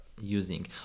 using